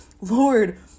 lord